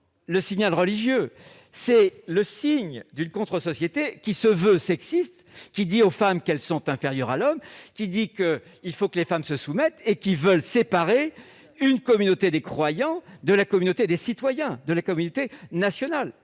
un signal religieux, mais le signe d'une contre-société sexiste, qui dit aux femmes qu'elles sont inférieures aux hommes et qu'elles doivent se soumettre, et qui veut séparer une communauté des croyants de la communauté des citoyens, de la communauté nationale.